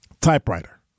typewriter